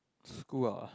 school ah